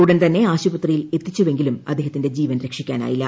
ഉടൻതന്നെ ആശുപത്രിയിൽ എത്തിച്ചുവെങ്കിലും അദ്ദേഹത്തിന്റെ ജീവൻ രക്ഷി ക്കാനായില്ല